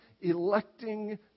electing